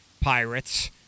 pirates